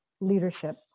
leadership